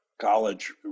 college